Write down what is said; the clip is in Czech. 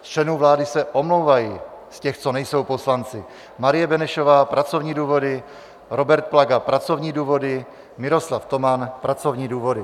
Z členů vlády se omlouvají, z těch, co nejsou poslanci: Marie Benešová pracovní důvody, Robert Plaga pracovní důvody, Miroslav Toman pracovní důvody.